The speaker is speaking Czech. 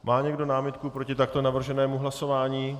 Má někdo námitku proti takto navrženému hlasování?